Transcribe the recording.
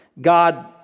God